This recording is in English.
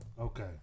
Okay